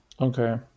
Okay